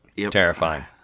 Terrifying